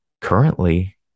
currently